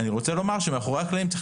אני רוצה לומר שמאחורי הקלעים צריך